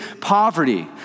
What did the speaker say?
poverty